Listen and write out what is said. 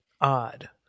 odd